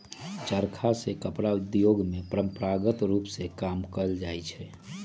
चरखा से कपड़ा उद्योग में परंपरागत रूप में काम कएल जाइ छै